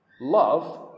Love